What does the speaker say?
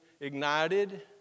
ignited